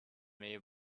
made